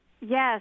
Yes